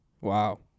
Wow